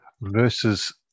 versus